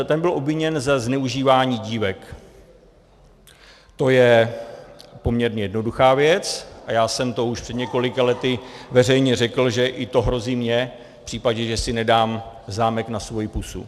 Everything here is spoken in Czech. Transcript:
Ten byl obviněn ze zneužívání dívek, to je poměrně jednoduchá věc a já jsem to už před několika lety veřejně řekl, že i to hrozí mně v případě, že si nedám zámek na pusu.